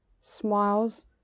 smiles